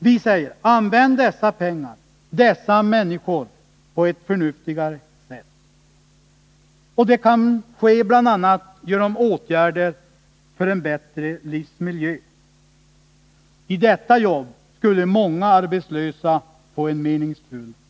Vi säger: Använd dessa pengar och dessa människor på ett förnuftigare sätt! Detta kan ske bl.a. genom åtgärder för en bättre livsmiljö. I det jobbet skulle många arbetslösa få en meningsfull tillvaro.